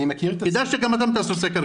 כדאי שגם אתם תעשו סקר.